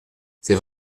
c’est